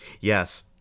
yes